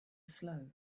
slow